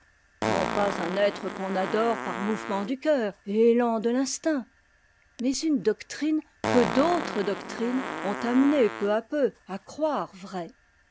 non pas un être qu'on adore par mouvement du cœur et élan de l'instinct mais une doctrine que d'autres doctrines ont amené peu à peu à croire vraie